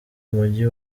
mujyi